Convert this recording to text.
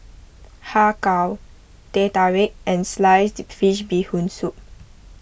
Har Kow Teh Tarik and Sliced Fish Bee Hoon Soup